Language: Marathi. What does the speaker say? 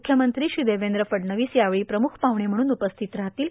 मुख्यमंत्री श्री देवेंद्र फडणवीस यावेळी प्रमुख पाहुणे म्हणून उपस्थित राहतील